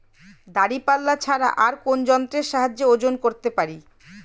দাঁড়িপাল্লা ছাড়া আর কোন যন্ত্রের সাহায্যে ওজন করতে পারি?